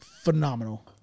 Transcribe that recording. Phenomenal